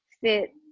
fit